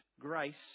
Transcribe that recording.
grace